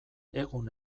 egun